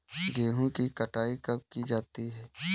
गेहूँ की कटाई कब की जाती है?